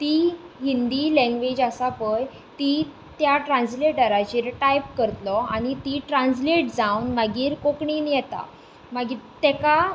ती हिंदी लँग्वेज आसा पळय ती त्या ट्रान्ज्लेटराचेर टायप करतलो आनी ती ट्रान्ज्लेट जावन मागीर कोंकणीन येता मागीर ताका